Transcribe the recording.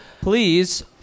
Please